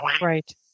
Right